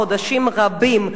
חודשים רבים,